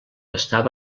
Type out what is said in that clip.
estava